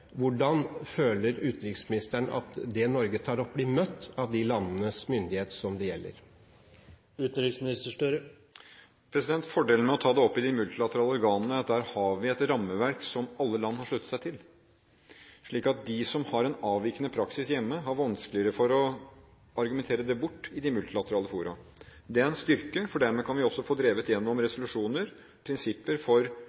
Hvordan føler utenriksministeren at det Norge tar opp, blir møtt av de landenes myndighet som det gjelder? Fordelen med å ta det opp i de multilaterale organene er at der har vi et rammeverk som alle land har sluttet seg til. Så de som har en avvikende praksis hjemme, har vanskeligere for å argumentere det bort i de multilaterale fora. Det er en styrke, for dermed kan vi også få drevet gjennom resolusjoner og prinsipper for